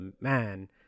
man